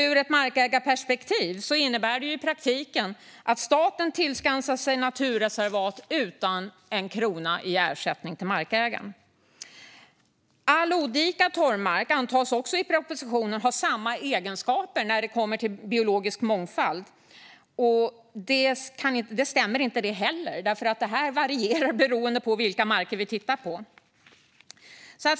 Ur ett markägarperspektiv innebär det i praktiken att staten tillskansar sig naturreservat utan att ge en krona i ersättning till markägaren. I propositionen antas dessutom all odikad torvmark ha samma egenskaper när det kommer till biologisk mångfald. Det stämmer inte heller, för detta varierar beroende på vilka marker vi tittar på.